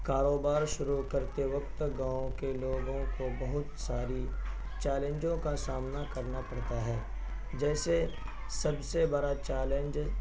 کاروبار شروع کرتے وقت گاؤں کے لوگوں کو بہت ساری چیلنجوں کا سامنا کرنا پڑتا ہے جیسے سب سے بڑا چالنج